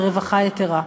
ברווחה יתרה.